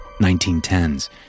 1910s